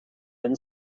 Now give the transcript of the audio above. been